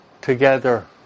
together